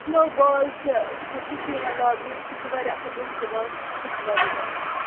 snow بال چھِ سُہ چھِ یِوان لَاگنہٕ سُہ چھِ واریاہ اَصٕل لُک دِوان سُہ تہِ چھِ واریاہ زیادٕ اَصٕل